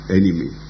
enemy